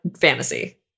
fantasy